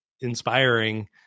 inspiring